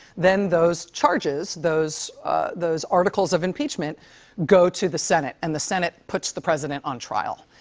then those charges, those those articles of impeachment go to the senate. and the senate puts the president on trial.